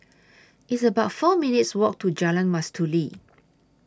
It's about four minutes' Walk to Jalan Mastuli